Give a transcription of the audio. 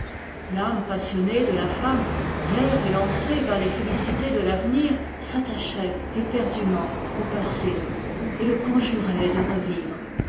l'âme passionnée de la femme hier élancée vers les félicités de l'avenir s'attachait éperdument au passé et le conjurait de revivre